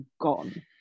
gone